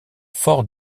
fort